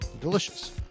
Delicious